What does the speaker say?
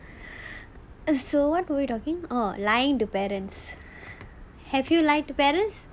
err so what were we talking orh lying to parents have you lied to parents